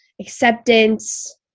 acceptance